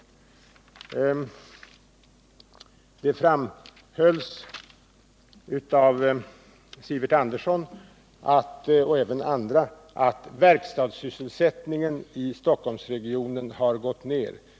Det framhölls av Sivert Andersson, och även av andra, att verkstadssysselsättningen i Stockholmsregionen har gått ner.